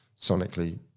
sonically